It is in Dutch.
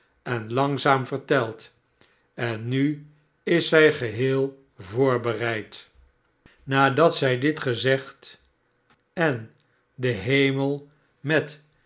en langzaam verteld en nu is zij geheel voorbereid nadat zij dit gezegd en den hemel met